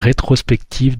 rétrospective